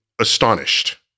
astonished